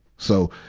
so,